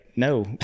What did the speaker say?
No